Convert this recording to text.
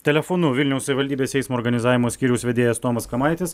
telefonu vilniaus savivaldybės eismo organizavimo skyriaus vedėjas tomas kamaitis